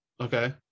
Okay